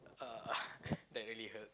uh that really hurt